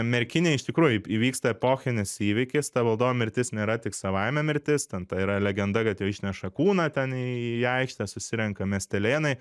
merkinėj iš tikrųjų įvyksta epochinis įvykis ta valdovo mirtis nėra tik savaimė mirtis ten ta yra legenda kad jo išneša kūną ten į į aikštę susirenka miestelėnai